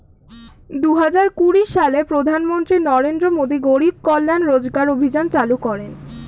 দুহাজার কুড়ি সালে প্রধানমন্ত্রী নরেন্দ্র মোদী গরিব কল্যাণ রোজগার অভিযান চালু করেন